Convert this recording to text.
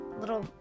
little